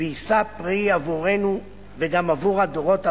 ויישא פרי עבורנו וגם עבור הדורות הבאים,